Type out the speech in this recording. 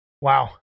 wow